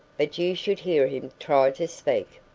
but you should hear him try to speak.